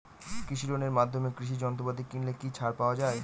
কৃষি লোনের মাধ্যমে কৃষি যন্ত্রপাতি কিনলে কি ছাড় পাওয়া যায়?